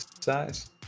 size